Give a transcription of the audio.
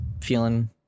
feeling